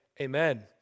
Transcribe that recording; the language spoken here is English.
amen